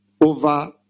over